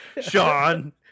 Sean